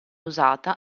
usata